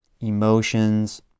emotions